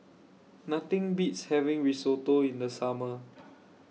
Nothing Beats having Risotto in The Summer